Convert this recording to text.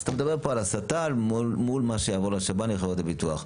אז אתה מדבר פה על הסטה מול מה שיעבור לשב"ן ולחברות הביטוח,